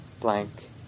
blank